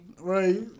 Right